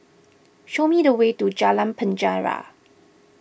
show me the way to Jalan Penjara